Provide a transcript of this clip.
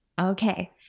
Okay